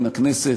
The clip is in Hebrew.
מן הכנסת,